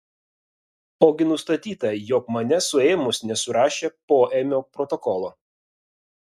ogi nustatyta jog mane suėmus nesurašė poėmio protokolo